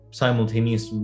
simultaneous